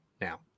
Now